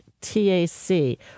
T-A-C